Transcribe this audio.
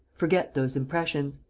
forget those impressions.